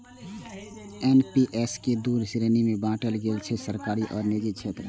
NPS कें दू श्रेणी मे बांटल गेल छै, सरकारी आ निजी क्षेत्र